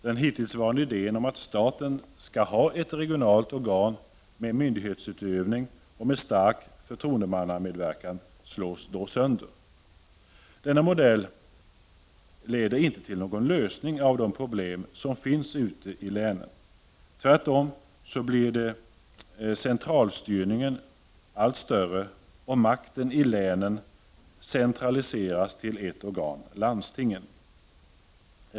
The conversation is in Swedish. Den hittillsvarande idén om att staten skall ha ett regionalt organ med myndighetsutövning, men med stark förtroendemannamedverkan, slås då sönder. Denna modell innebär ingen lösning på de problem som finns ute i länen. Tvärtom ökar centralstyrningen och makten i länen centraliseras till ett organ — landstinget.